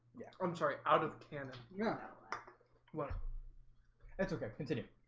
i'm sorry out of canada yeah what that's okay continue